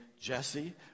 Jesse